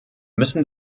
müssen